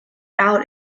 out